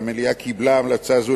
והמליאה קיבלה המלצה זו,